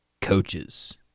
coaches